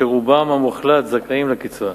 שרובם המוחלט זכאים לקצבה.